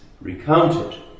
recounted